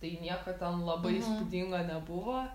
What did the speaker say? tai nieko ten labai įspūdingo nebuvo